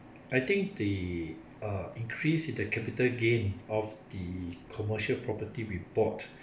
I think the uh increase in the capital gain of the commercial property we bought